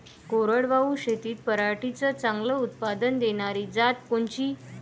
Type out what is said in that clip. कोरडवाहू शेतीत पराटीचं चांगलं उत्पादन देनारी जात कोनची?